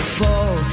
fall